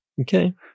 Okay